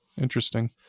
interesting